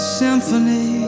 symphony